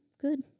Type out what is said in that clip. good